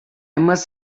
must